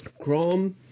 Chrome